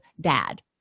dad